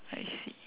I see